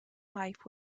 life